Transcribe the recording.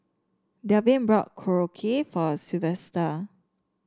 Delvin brought Korokke for Silvester